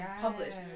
published